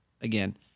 again –